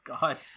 God